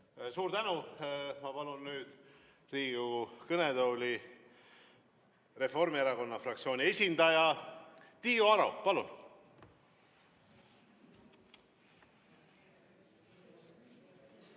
Suur tänu! Ma palun nüüd Riigikogu kõnetooli Reformierakonna fraktsiooni esindaja Tiiu Aro. Palun!